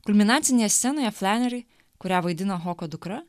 kulminacinėje scenoje flaneri kurią vaidina hoko dukra